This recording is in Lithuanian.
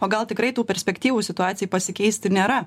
o gal tikrai tų perspektyvų situacijai pasikeisti nėra